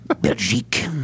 Belgique